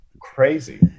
crazy